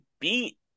beat